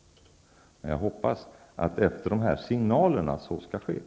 Jag hoppas att så skall ske efter att dessa signaler har gått ut.